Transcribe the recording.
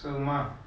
so mak